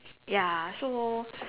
ya so